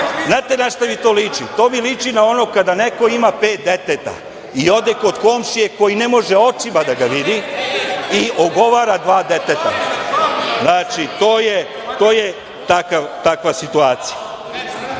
Znate na šta mi to liči? To mi liči na ono kada neko ima pet deteta i ode kod komšije koji ne može očima da ga vidi i ogovara dva deteta. Srbiji je potrebna